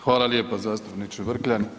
Hvala lijepa zastupniče Vrkljan.